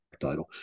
title